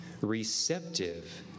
receptive